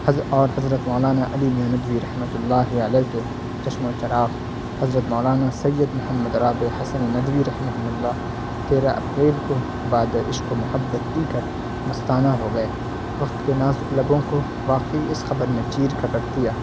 اور حضرت مولانا علی میاں ندوی رحمۃ اللہ علیہ کے چشم و چراغ حضرت مولانا سید محمد رابع حسن ندوی رحمہ اللہ علیہ تیرہ اپریل کو بادہ عشق و محبت پی کر مستانہ ہو گئے وقت کے نازک لبوں کو واقعی اس خبر نے چیر کر رکھ دیا